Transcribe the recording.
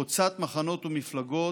חוצת מחנות ומפלגות,